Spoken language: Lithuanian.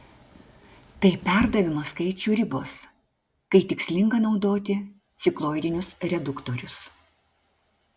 tai perdavimo skaičių ribos kai tikslinga naudoti cikloidinius reduktorius